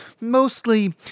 mostly